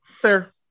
Fair